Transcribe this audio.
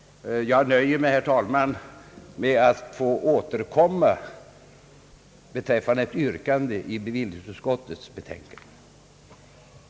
Jag nöjer mig, herr talman, med att återkomma med ett yrkande beträffande bevillningsutskottets betänkande. sionsfond i syfte att göra pensionsutfästelserna fullt säkra; samt